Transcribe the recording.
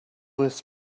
this